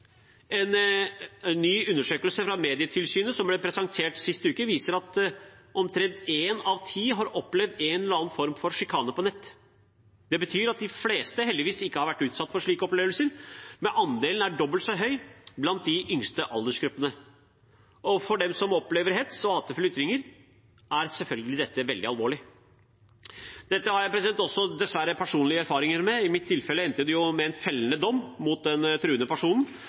En ny undersøkelse fra Medietilsynet som ble presentert sist uke, viser at omtrent én av ti har opplevd en eller annen form for sjikane på nett. Det betyr at de fleste heldigvis ikke har vært utsatt for slike opplevelser, men andelen er dobbelt så høy blant de yngste aldersgruppene. Og for dem som opplever hets og hatefulle ytringer, er dette selvfølgelig veldig alvorlig. Dette har jeg dessverre personlige erfaringer med. I mitt tilfelle endte det med en fellende dom mot den truende